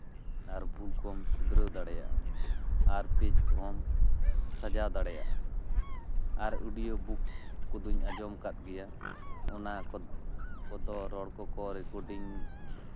ᱟᱨ ᱵᱷᱩᱞ ᱠᱚᱢ ᱥᱩᱫᱨᱟᱹᱣ ᱫᱟᱲᱮᱭᱟᱜᱼᱟ ᱟᱨ ᱯᱮᱡᱽ ᱠᱚᱦᱚᱢ ᱥᱟᱡᱟᱣ ᱫᱟᱲᱮᱭᱟᱜᱼᱟ ᱟᱨ ᱚᱰᱤᱭᱳ ᱵᱩᱠ ᱠᱚᱫᱚᱧ ᱟᱸᱡᱚᱢ ᱠᱟᱜ ᱜᱮᱭᱟ ᱚᱱᱟ ᱠᱚᱫᱚ ᱨᱚᱲ ᱠᱚ ᱨᱮᱠᱳᱰᱤᱝ